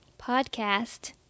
podcast